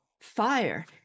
Fire